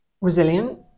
resilient